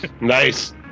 Nice